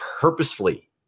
purposefully